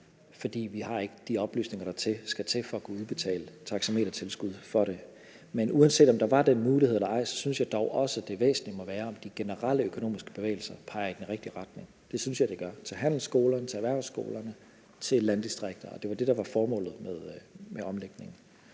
for vi har ikke de oplysninger, der skal til for at kunne udbetale taxametertilskud for det. Men uanset om der var den mulighed eller ej, synes jeg dog også, at det væsentlige må være, om de generelle økonomiske bevægelser peger i den rigtige retning. Det synes jeg de gør – til handelsskolerne, til erhvervsskolerne, til landdistrikterne – og det var det, der var formålet med omlægningen.